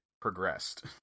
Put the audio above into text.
progressed